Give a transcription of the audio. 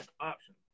option